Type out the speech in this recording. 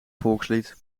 volkslied